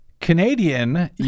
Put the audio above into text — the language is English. Canadian